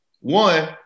One